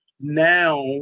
now